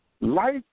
Life